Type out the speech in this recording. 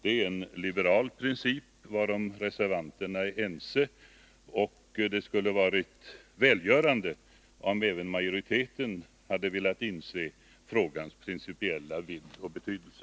Det är en liberal princip varom reservanterna är ense, och det skulle ha varit välgörande om även majoriteten hade velat inse frågans principiella vidd och betydelse.